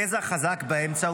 גזע חזק באמצע,